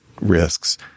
risks